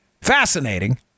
fascinating